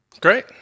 Great